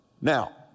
now